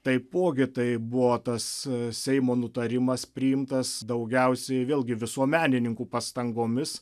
taipogi tai buvo tas seimo nutarimas priimtas daugiausiai vėlgi visuomenininkų pastangomis